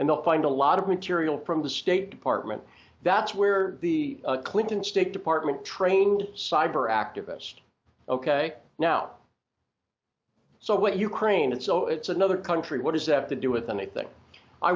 and they'll find a lot of material from the state department that's where the clinton state department trained cyber activist ok now so what ukraine and so it's another country what does that have to do with anything i